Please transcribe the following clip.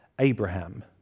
Abraham